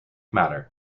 matter